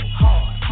hard